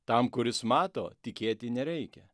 tam kuris mato tikėti nereikia